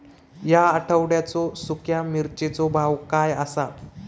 या आठवड्याचो सुख्या मिर्चीचो भाव काय आसा?